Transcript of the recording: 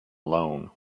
loan